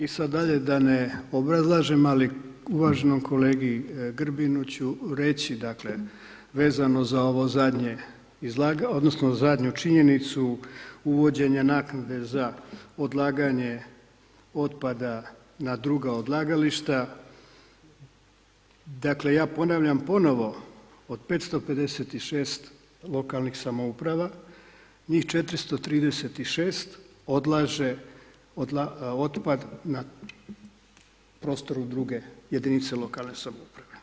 I sad dalje da ne obrazlažem, ali uvaženom kolegi Grbinu ću reći dakle, vezano za ovo zadnje, odnosno zadnju činjenicu uvođenja naknade za odlaganje otpada na druga odlagališta, dakle, ja ponavljam ponovno od 556 lokalnih samouprava njih 436 odlaže otpad na prostoru druge jedinice lokalne samouprave.